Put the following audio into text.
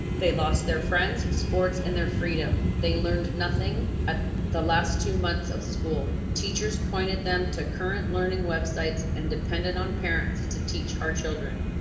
they lost their friends, sports, and their freedom. they learned nothing at the last two months of school. teachers pointed them to current learning websites and depended on parents to teach our children.